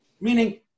Meaning